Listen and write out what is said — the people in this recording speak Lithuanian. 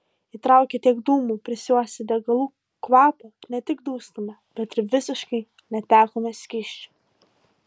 įtraukę tiek dūmų prisiuostę degalų kvapo ne tik dūstame bet ir visiškai netekome skysčių